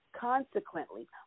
Consequently